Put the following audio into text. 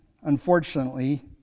unfortunately